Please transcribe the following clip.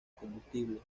combustible